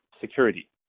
security